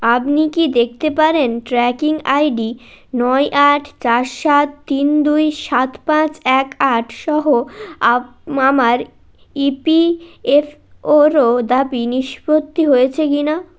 আপনি কি দেখতে পারেন ট্র্যাকিং আইডি নয় আট চার সাত তিন দুই সাত পাঁচ এক আট সহ আপ আমার ই পি এফ ওরও দাবি নিষ্পত্তি হয়েছে কি না